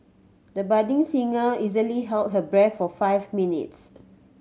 the budding singer easily held her breath for five minutes